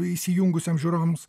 įsijungusiems žiūrovams